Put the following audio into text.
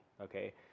Okay